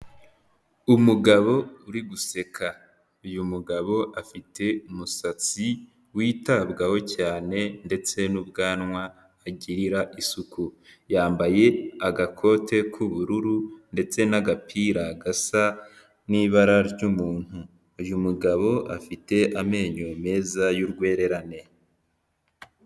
Umugabo uri guseka uyu mugabo afite umusatsi witabwaho cyane, ndetse n'ubwanwa agirira isuku yambaye agakote k'ubururu, ndetse n'agapira gasa n'ibara ry'umuntu uyu mugabo afite amenyo meza y'urwererane.